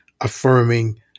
affirming